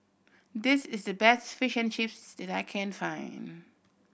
this is the best Fish and Chips that I can find